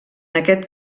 aquest